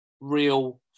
real